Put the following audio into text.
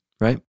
right